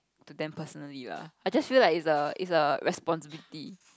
to them personally lah I just feel like is a is a responsibility